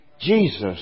Jesus